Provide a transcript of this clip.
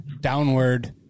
downward